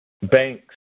Banks